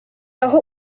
aho